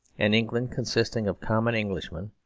an england consisting of common englishmen,